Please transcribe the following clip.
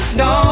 no